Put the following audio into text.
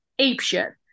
apeshit